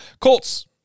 Colts